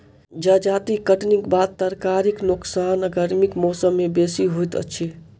जजाति कटनीक बाद तरकारीक नोकसान गर्मीक मौसम मे बेसी होइत अछि